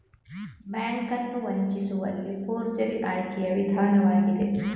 bank ಅನ್ನು ವಂಚಿಸುವಲ್ಲಿ forgery ಆಯ್ಕೆಯ ವಿಧಾನವಾಗಿದೆ